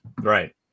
right